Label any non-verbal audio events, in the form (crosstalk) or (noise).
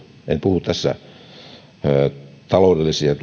en puhu tässä taloudellisin ja (unintelligible)